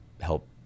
help